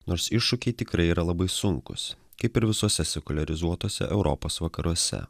nors iššūkiai tikrai yra labai sunkūs kaip ir visose sekuliarizuotose europos vakaruose